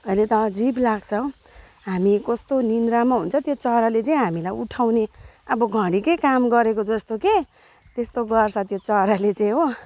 कहिले त अजिब लाग्छ हौ हामी कस्तो निन्द्रामा हुन्छ त्यो चराले चाहिँ हामीलाई उठाउने अब घडीकै काम गरेको जस्तो क्या त्यस्तो गर्छ त्यो चराले चाहिँ हो